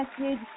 message